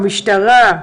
במשטרה,